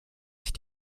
sich